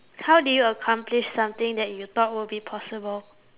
how did you accomplish something that you thought would be possible